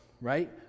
right